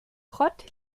rott